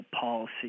policy